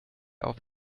auf